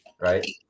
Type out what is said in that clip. right